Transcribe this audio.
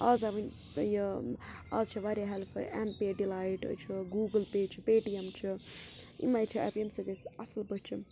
آز آو وٕنہِ یہِ آز چھِ واریاہ ہٮ۪لپ ایم پے ڈِلایٹ چھُ گوٗگُل پے چھُ پے ٹی ایم چھُ یِمَے چھِ ایپ ییٚمہِ سۭتۍ أسۍ اَصٕل پٲٹھۍ چھِ